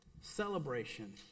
celebration